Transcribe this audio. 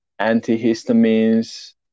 antihistamines